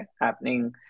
happening